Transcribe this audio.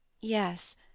Yes